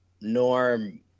Norm